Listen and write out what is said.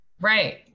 Right